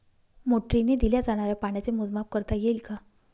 मोटरीने दिल्या जाणाऱ्या पाण्याचे मोजमाप करता येईल का?